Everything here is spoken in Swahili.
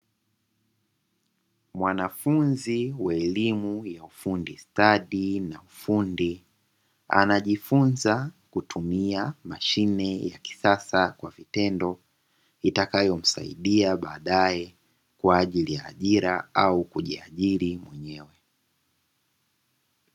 Mwanafunzi wa elimu ya ufundi stadi (ni fundi) anajifunza kutumia mashine ya kisasa kwa vitendo, itakayomsaidia baadaye kwa ajili ya ajira au kujiajiri mwenyewe.